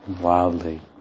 wildly